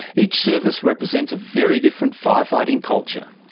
each service represents a very different firefighting culture.